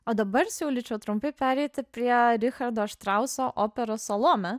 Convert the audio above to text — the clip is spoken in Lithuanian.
o dabar siūlyčiau trumpai pereiti prie richardo štrauso operos salomė